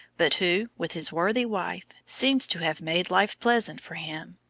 but who, with his worthy wife seems to have made life pleasant for him.